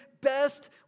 best